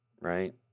right